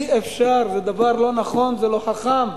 אי-אפשר, זה דבר לא נכון ולא חכם.